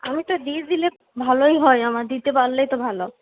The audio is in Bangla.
আমি তো দিয়ে দিলে ভালই হয় আমার দিতে পারলেই তো ভালো